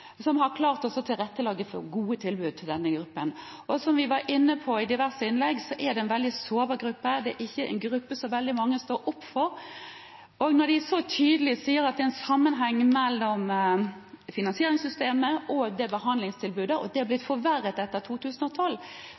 har klart å tilrettelegge gode tilbud for denne gruppen. Som vi var inne på i diverse innlegg, er det en veldig sårbar gruppe. Det er ikke en gruppe som veldig mange står opp for. Når de så tydelig sier at det er en sammenheng mellom finansieringssystemet og behandlingstilbudet, og at det er blitt forverret etter 2012,